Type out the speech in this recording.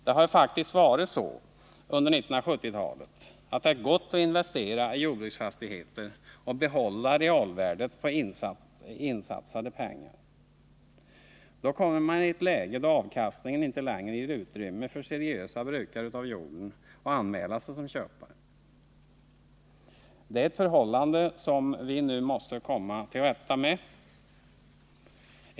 Det har faktiskt varit så under 1970-talet att det gått att investera i jordbruksfastigheter och behålla realvärdet på satsade pengar. Då kommer man i ett läge där avkastningen inte längre ger utrymme för seriösa brukare av jorden att anmäla sig som köpare. Det är ett förhållande som vi nu måste komma till rätta med.